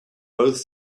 both